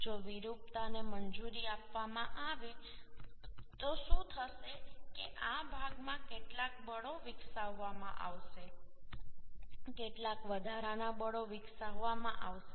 જો વિરૂપતાને મંજૂરી આપવામાં આવે તો શું થશે કે આ ભાગમાં કેટલાક બળો વિકસાવવામાં આવશે કેટલાક વધારાના બળો વિકસાવવામાં આવશે